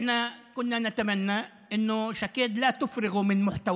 תחזקנה ידיכם, עם ישראל איתכם.